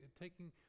taking